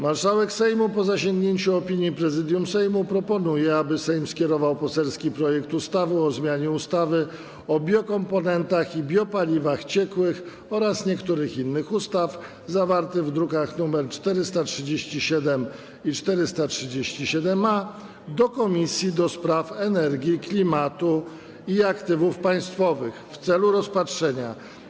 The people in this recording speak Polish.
Marszałek Sejmu, po zasięgnięciu opinii Prezydium Sejmu, proponuje, aby Sejm skierował poselski projekt ustawy o zmianie ustawy o biokomponentach i biopaliwach ciekłych oraz niektórych innych ustaw, zawarty w drukach nr 437 i 437-A, do Komisji do Spraw Energii, Klimatu i Aktywów Państwowych w celu rozpatrzenia.